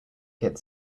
kid